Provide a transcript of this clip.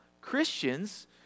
christians